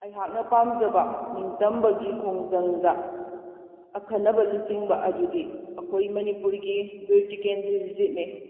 ꯑꯩꯍꯥꯛꯅ ꯄꯥꯝꯖꯕ ꯅꯤꯡꯇꯝꯕꯒꯤ ꯈꯣꯡꯖꯪꯗ ꯑꯈꯟꯅꯕ ꯂꯨꯆꯤꯡꯕ ꯑꯗꯨꯗꯤ ꯑꯩꯍꯣꯏ ꯃꯅꯤꯄꯨꯔꯒꯤ ꯕꯤꯔ ꯇꯤꯀꯦꯟꯗ꯭ꯔꯖꯤꯠꯅꯤ